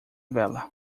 vela